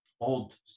old